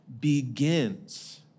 begins